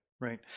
right